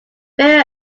very